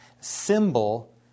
symbol